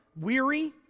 weary